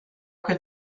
could